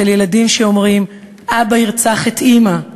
של ילדים שאומרים: אבא ירצח את אימא,